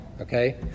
Okay